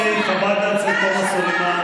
ואחריה, חברת הכנסת עאידה תומא סלימאן.